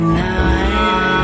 night